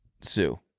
sue